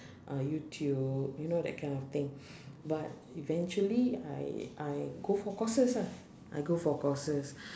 uh youtube you know that kind of thing but eventually I I go for courses ah I go for courses